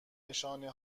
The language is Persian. نشانه